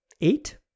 Eight